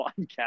podcast